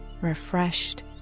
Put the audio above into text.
refreshed